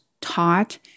taught